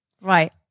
Right